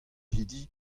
hiziv